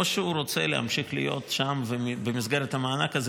או שהוא רוצה להמשיך להיות שם ובמסגרת המענק הזה